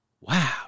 Wow